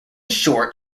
short